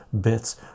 bits